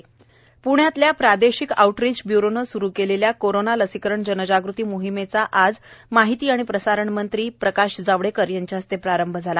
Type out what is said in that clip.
प्रकाश जावडेकर प्णे प्ण्यातल्या प्रादेशिक आऊटरीच ब्युरोनं सुरु केलेल्या कोरोना लसीकरण जनजागृती मोहिमेचा आज माहिती प्रसारण मंत्री प्रकाश जावडेकर यांच्या हस्ते प्रारंभ झाला